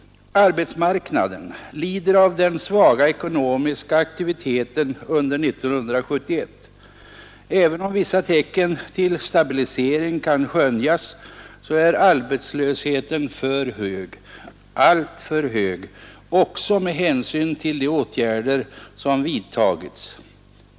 Arbetsmarknaden lider av den svaga ekonomiska aktiviteten under 1971. Även om vissa tecken till stabilisering kan skönjas, så är arbetslösheten alltför hög — också med hänsyn till de åtgärder som vidtagits.